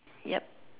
yup